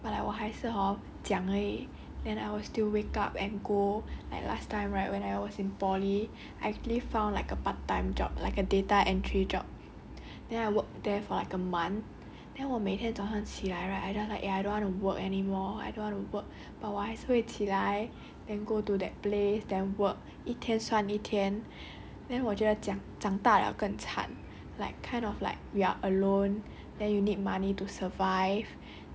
everyday right I'll feel like quitting my job or like 快点 retire but like 我还是 hor 讲而已 then I will still wake up and go like last time right when I was in poly I actually found like a part time job like a data entry job then I work there for like a month then 我每天早上起来 right I just like ya I don't wanna work anymore I don't want to work but 我还是会起来 then go to that place then work 一天算一天我 then 我觉得讲长大了更惨